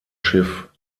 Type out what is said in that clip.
schiff